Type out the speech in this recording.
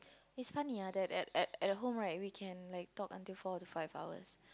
it's funny ah that at at at home right we can like talk until four to five hours